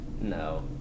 No